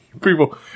People